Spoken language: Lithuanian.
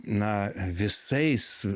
na a visais